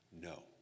No